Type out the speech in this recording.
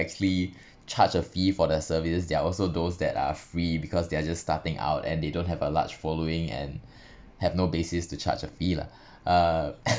actually charge a fee for the service there are also those that are free because they are just starting out and they don't have a large following and have no basis to charge a fee lah uh